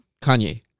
Kanye